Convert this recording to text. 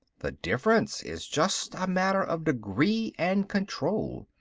the difference is just a matter of degree and control.